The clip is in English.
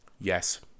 Yes